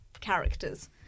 characters